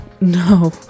no